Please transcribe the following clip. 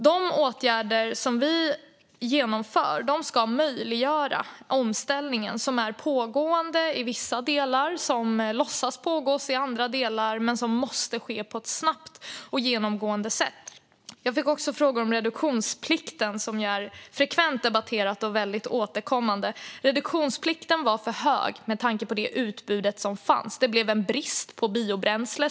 De åtgärder som vi genomför ska möjliggöra omställningen, som är pågående i vissa delar och som man låtsas pågå i andra delar men som måste ske på ett snabbt och genomgripande sätt. Jag fick också frågor om reduktionsplikten, som vi ju har debatterat återkommande. Reduktionsplikten var för stor med tanke på det utbud som fanns. Det blev en brist på biobränsle.